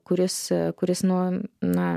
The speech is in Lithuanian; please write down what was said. kuris kuris nu na